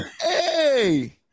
hey